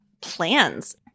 plans